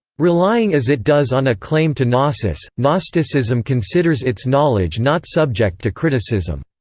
relying as it does on a claim to gnosis, gnosticism considers its knowledge not subject to criticism.